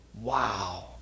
Wow